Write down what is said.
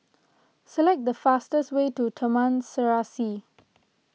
select the fastest way to Taman Serasi